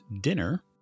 dinner